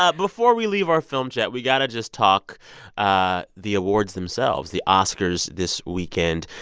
ah before we leave our film jet, we got to just talk ah the awards themselves, the oscars this weekend.